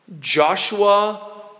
Joshua